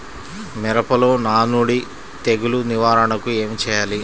మిరపలో నానుడి తెగులు నివారణకు ఏమి చేయాలి?